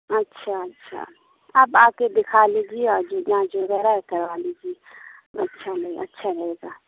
اچھا اچھا آپ آ کے دکھا لیجیے آج ہی جانچ وغیرہ کروا لیجیے اچھا اچھا رہے گا